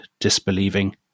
disbelieving